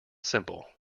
simple